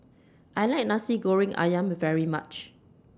I like Nasi Goreng Ayam very much